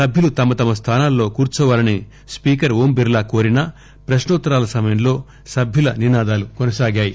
సభ్యులు తమతమ స్లానంలో కూర్సోవాలని స్పీకర్ ఓం బిర్ణా కోరినా ప్రశ్నో త్తరాల సమయంలో ఈ సభ్యుల నినాదాలు కొనసాగాయి